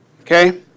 Okay